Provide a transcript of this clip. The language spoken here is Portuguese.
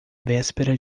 véspera